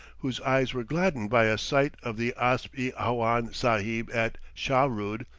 whose eyes were gladdened by a sight of the asp-i-awhan sahib at shahrood,